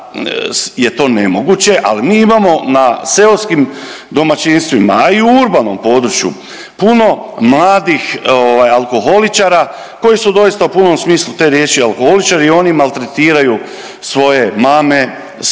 je to nemoguće, ali mi imamo na seoskim domaćinstvima, a i u urbanom području puno mladih ovaj alkoholičara koji su doista u punom smislu te riječi alkoholičari i oni maltretiraju svoje mame, svoje